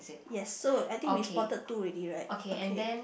yes so I think we spotted two already right okay